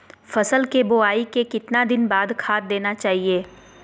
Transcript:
फसल के बोआई के कितना दिन बाद खाद देना चाइए?